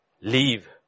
leave